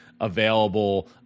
available